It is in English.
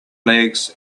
legs